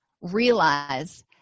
realize